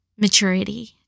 maturity